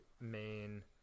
main